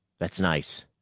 that's nice.